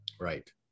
Right